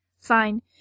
fine